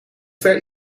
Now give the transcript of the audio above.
ver